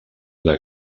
una